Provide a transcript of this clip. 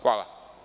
Hvala.